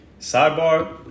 Sidebar